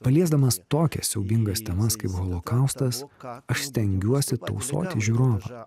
paliesdamas tokias siaubingas temas kaip holokaustas aš stengiuosi tausoti žiūrovą